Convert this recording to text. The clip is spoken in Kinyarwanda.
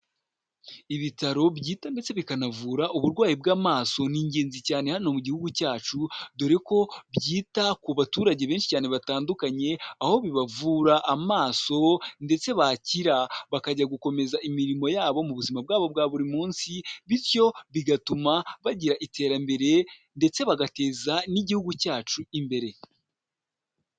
Ibitaro byita ndetse bikanavura uburwayi bw'amaso ni ingenzi cyane hano mu gihugu cyacu dore ko byita ku baturage benshi cyane batandukanye aho bibavura amaso ndetse bakira bakajya gukomeza imirimo yabo mu buzima bwabo bwa buri munsi bityo bigatuma bagira iterambere ndetse bagateza n'igihugu cyacu imbere.